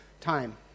time